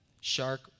shark